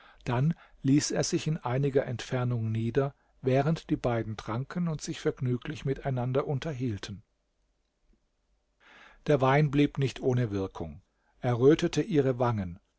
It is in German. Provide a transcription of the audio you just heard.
dann ließ er sich in einiger entfernung nieder während die beiden tranken und sich vergnüglich miteinander unterhielten der wein blieb nicht ohne wirkung er rötete ihre wangen